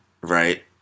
Right